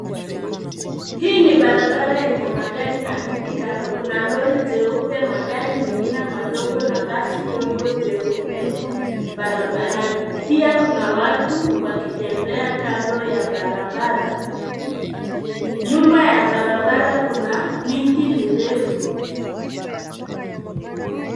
Hii ni barabara yenye magari na miti kando, kuna lori jeupe, magari mengine madogo na basi dogo jeupe barabarani. Pia kuna watu wakitembea kando ya barabara. Nyuma ya barabara kuna miti mirefu.